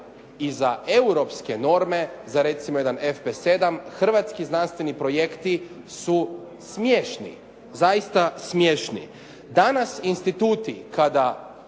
I za europske norme, za recimo jedan FP7 hrvatski znanstveni projekti su smiješni, zaista smiješni. Danas instituti kada